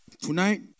Tonight